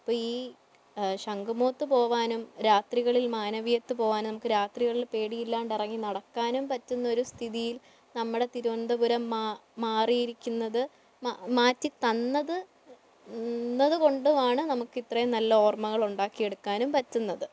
അപ്പം ഈ ശംഖുമുഖത്ത് പോകാനും രാത്രികളിൽ മാനവീയത്ത് പോകാനും രാത്രികളിൽ പേടിയില്ലാതെ ഇറങ്ങി നടക്കാനും പറ്റുന്ന ഒരു സ്ഥിതിയിൽ നമ്മുടെ തിരുവനന്തപുരം മാ മാറിയിരിക്കുന്നത് മാ മാറ്റിത്തന്നത് തന്നത് കൊണ്ടും ആണ് നമുക്ക് ഇത്രയും നല്ല ഓർമ്മകൾ ഉണ്ടാക്കിയെടുക്കാനും പറ്റുന്നത്